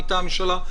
מטעם הממשלה,